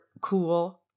cool